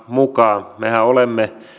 mukaan mehän olemme